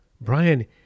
Brian